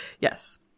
yes